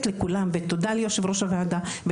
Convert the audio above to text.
תודה ליושב ראש הוועדה,